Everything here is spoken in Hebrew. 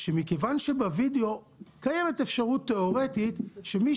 מכיוון שבווידיאו יש אפשרות תיאורטית שמי